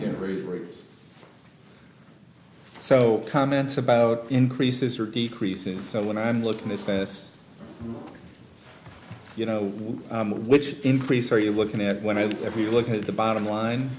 very so comments about increases or decreases so when i'm looking to fast you know which increase are you looking at when i every look at the bottom line